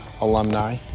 alumni